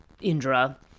Indra